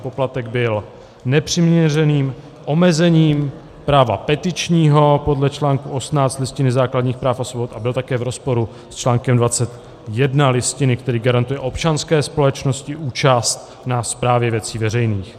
Poplatek byl nepřiměřeným omezením práva petičního podle článku 18 Listiny základních práv a svobod a byl také v rozporu s článkem 21 Listiny, který garantuje občanské společnosti účast na správě věcí veřejných.